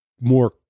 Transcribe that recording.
more